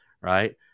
Right